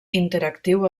interactiu